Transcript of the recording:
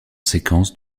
séquence